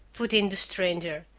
put in the stranger.